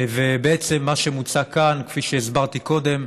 ובעצם מה שמוצע כאן, כפי שהסברתי קודם,